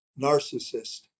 narcissist